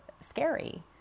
scary